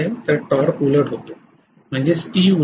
तर टॉर्क उलट होतो म्हणजेचं Te उलट आहे